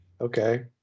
Okay